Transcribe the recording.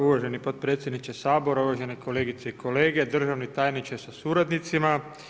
Uvaženi potpredsjedniče Sabora, uvažene kolegice i kolege, državni tajniče sa suradnicima.